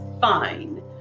fine